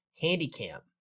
handicap